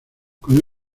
con